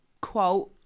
quote